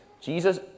Jesus